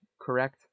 correct